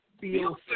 feel